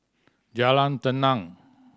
Jalan Tenang